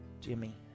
Jimmy